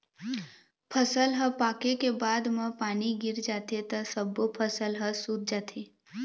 फसल ह पाके के बाद म पानी गिर जाथे त सब्बो फसल ह सूत जाथे